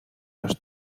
los